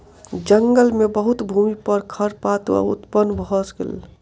जंगल मे बहुत भूमि पर खरपात उत्पन्न भ गेल